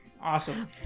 Awesome